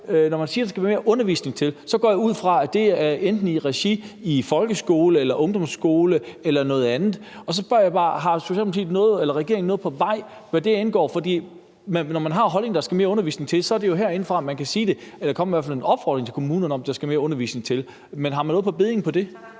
når man siger, at der skal mere undervisning til, går jeg ud fra, at det er enten i regi af folkeskole eller ungdomsskole eller noget andet, og så spørger jeg bare: Har regeringen noget på vej, hvad det angår? For når man har den holdning, at der skal mere undervisning til, er det jo herindefra, at man kan sige det eller i hvert fald komme med en opfordring til kommunerne om, at der skal mere undervisning til. Men har man noget på bedding i